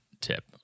tip